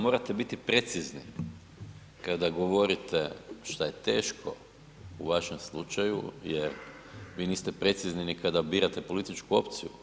Morate biti precizni kada govorite, što je teško u vašem slučaju jer vi niste precizni ni kada birate političku opciju.